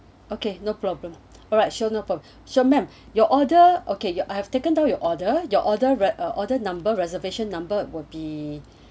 okay no problem alright sure sure madam your order okay ya I have taken out your order your order or order number reservation number will be